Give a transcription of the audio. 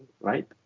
right